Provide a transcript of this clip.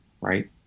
right